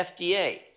FDA